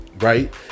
right